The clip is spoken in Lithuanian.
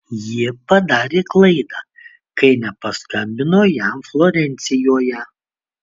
ji padarė klaidą kai nepaskambino jam florencijoje